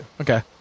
Okay